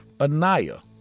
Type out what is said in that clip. Anaya